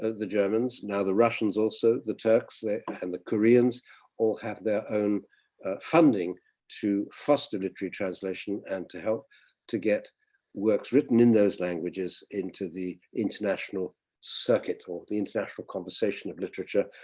the the germans. now the russians also, the turks and the koreans all have their own funding to foster literary translation and to help to get works written in those languages into the international circuit, or the international conversation of literature,